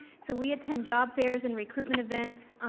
so we attend job fairs and recruitment events,